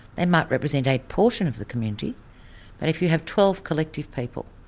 they might represent a portion of the community, but if you have twelve collective people,